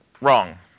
wrong